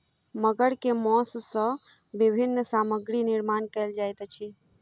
मगर के मौस सॅ विभिन्न सामग्री निर्माण कयल जाइत अछि